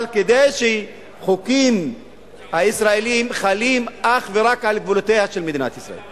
אבל החוקים הישראליים חלים אך ורק על גבולותיה של מדינת ישראל.